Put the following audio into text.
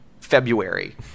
February